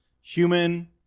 human